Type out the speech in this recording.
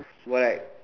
where